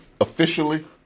Officially